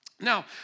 Now